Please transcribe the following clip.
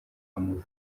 amavubi